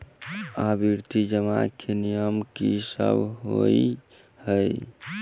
आवर्ती जमा केँ नियम की सब होइ है?